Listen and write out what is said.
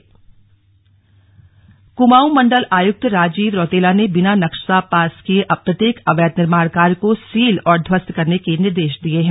slug Kumaon आयुक्त कुमाऊं मंडल आयुक्त राजीव रौतेला ने बिना नक्शा पास किए प्रत्येक अवैध निर्माण कार्य को सील और ध्वस्त करने के निर्देश दिये हैं